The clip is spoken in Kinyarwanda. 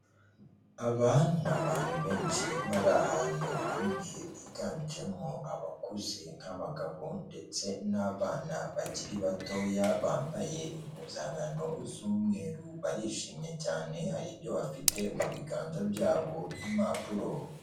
Aba ni abantu benshi bari ahantu hamwe biganjemo abakuze nk'abagabo ndetse n'abana bakiri batoya, bambaye impuzankano z'umweru, barishimye cyane, ha ibyo bafite mu biganza byabo nk'impapuro.